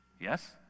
Yes